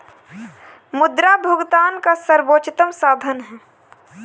मुद्रा भुगतान का सर्वोत्तम साधन है